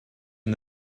and